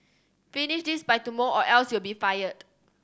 finish this by tomorrow or else you'll be fired